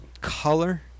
color